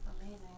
amazing